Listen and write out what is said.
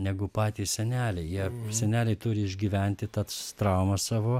negu patys seneliai jie seneliai turi išgyventi tads traumą savo